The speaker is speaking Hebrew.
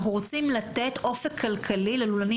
אנחנו רוצים לתת היום אופק כלכלי ללולנים